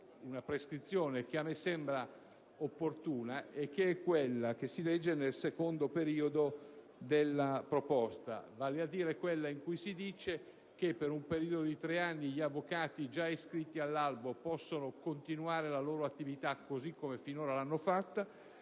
una prescrizione che a me sembra opportuna, che si legge nel secondo periodo della proposta. Mi riferisco a quella in cui si dice che per un periodo di tre anni gli avvocati già iscritti all'albo possono continuare la loro attività, così come finora l'hanno svolta,